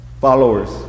followers